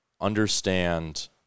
understand